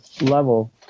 level